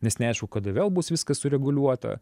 nes neaišku kada vėl bus viskas sureguliuota